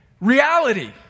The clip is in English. reality